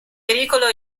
pericolo